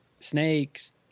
snakes